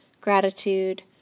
gratitude